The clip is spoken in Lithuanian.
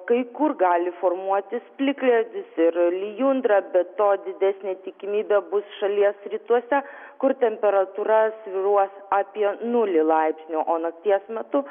kai kur gali formuotis plikledis ir lijundra be to didesnė tikimybė bus šalies rytuose kur temperatūra svyruos apie nulį laipsnių o nakties metu